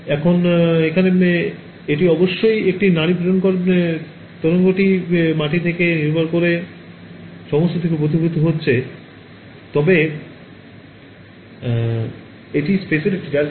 এখানে এটি অবশ্যই একটি pulse প্রেরণ করে তরঙ্গটি মাটিতে যা আছে তার উপর নির্ভর করে সমস্ত দিকে ফিরে প্রতিফলিত হতে চলেছে তবে এটি স্পেসের একটি রাডার